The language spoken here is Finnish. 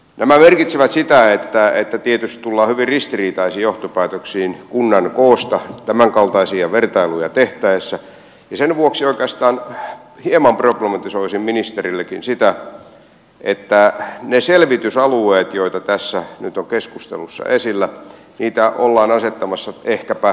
tämä merkitsee sitä että tietysti tullaan hyvin ristiriitaisiin johtopäätöksiin kunnan koosta tämänkaltaisia vertailuja tehtäessä ja sen vuoksi oikeastaan hieman problematisoisin ministerillekin sitä että ne selvitysalueet joita tässä nyt on keskustelussa esillä ollaan asettamassa ehkäpä selvitysmiesten tehtävinä